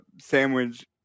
sandwich